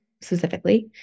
specifically